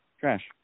Trash